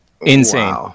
insane